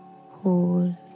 Hold